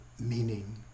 meaning